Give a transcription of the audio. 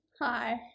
Hi